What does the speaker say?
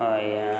ଆଜ୍ଞା